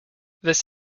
this